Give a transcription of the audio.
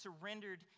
surrendered